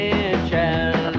inches